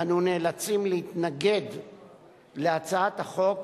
אנו נאלצים להתנגד להצעת החוק,